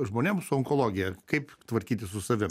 žmonėm su onkologija kaip tvarkytis su savim